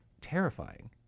terrifying